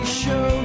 show